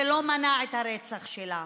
זה לא מנע את הרצח שלה.